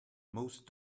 most